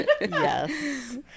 Yes